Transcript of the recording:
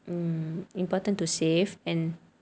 hmm important to save ah